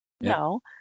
no